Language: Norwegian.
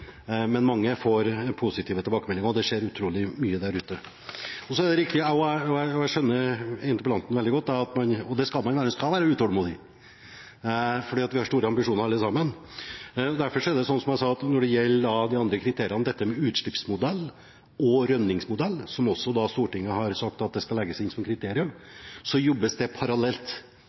Men mange får positive tilbakemeldinger, og det skjer utrolig mye der ute. Så er det riktig, og jeg skjønner interpellanten veldig godt, at man skal være utålmodig, for vi har store ambisjoner alle sammen. Derfor er det sånn som jeg sa, at når det gjelder de andre kriteriene, dette med utslippsmodell og rømningsmodell, som også Stortinget har sagt at skal legges inn som kriterium, jobbes det nå parallelt